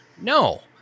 No